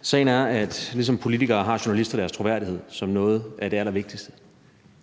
Sagen er, at ligesom politikere har journalister deres troværdighed som noget af det allervigtigste,